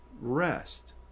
rest